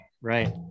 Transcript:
right